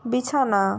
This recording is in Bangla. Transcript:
বিছানা